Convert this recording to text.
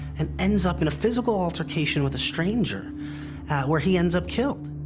and ends up in a physical altercation with a stranger where he ends up killed.